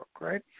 right